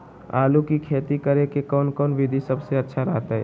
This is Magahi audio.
आलू की खेती करें के कौन कौन विधि सबसे अच्छा रहतय?